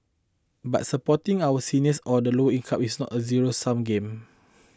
but supporting our seniors or the lower income is not a zero sum game